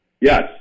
Yes